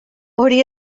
hori